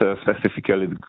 specifically